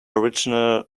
original